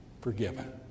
forgiven